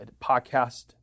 podcast